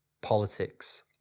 politics